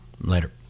Later